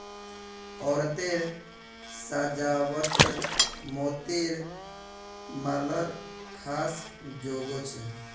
औरतेर साज्वात मोतिर मालार ख़ास जोगो छे